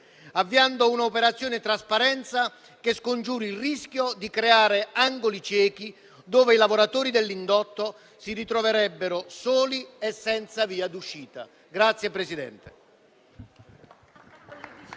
avviando un'operazione trasparenza che scongiuri il rischio di creare angoli ciechi dove i lavoratori dell'indotto si ritroverebbero soli e senza via d'uscita.